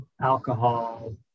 alcohol